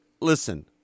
listen